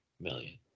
million